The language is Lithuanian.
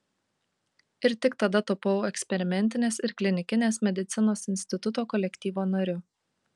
ir tik tada tapau eksperimentinės ir klinikinės medicinos instituto kolektyvo nariu